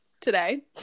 today